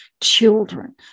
children